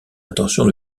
intention